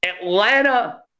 Atlanta